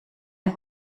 ein